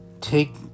take